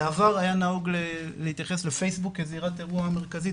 בעבר היה נהוג להתייחס לפייסבוק כזירת אירוע מרכזית,